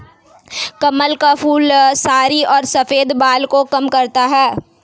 कमल का फूल रुसी और सफ़ेद बाल को कम करता है